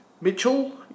Mitchell